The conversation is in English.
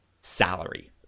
salary